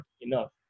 enough